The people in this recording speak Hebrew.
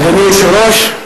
אדוני היושב-ראש,